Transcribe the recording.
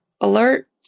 alert